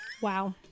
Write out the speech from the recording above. wow